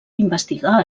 investigar